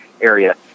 area